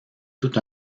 tout